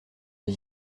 des